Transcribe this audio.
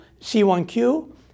C1Q